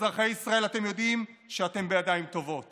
אזרחי ישראל, אתם יודעים שאתם בידיים טובות